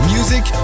Music